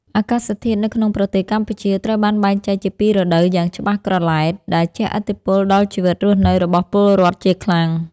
អាកាសធាតុនៅក្នុងប្រទេសកម្ពុជាត្រូវបានបែងចែកជាពីររដូវយ៉ាងច្បាស់ក្រឡែតដែលជះឥទ្ធិពលដល់ជីវិតរស់នៅរបស់ពលរដ្ឋជាខ្លាំង។